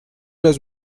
los